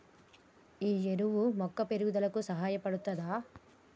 ఈ ఎరువు మొక్క పెరుగుదలకు సహాయపడుతదా?